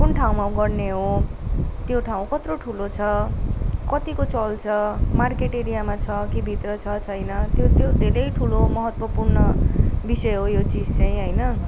कुन ठाउँमा गर्ने हो त्यो ठाउँ कत्रो ठुलो छ कत्तिको चल्छ मार्केट एरियामा छ कि भित्र छ छैन त्यो त्यो धेरै ठुलो महत्त्वपूर्ण विषय हो यो चिज चाहिँ होइन